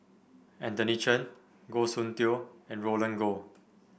Anthony Chen Goh Soon Tioe and Roland Goh